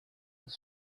was